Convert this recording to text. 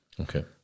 Okay